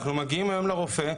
אנחנו מגיעים לרופא,